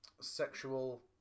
sexual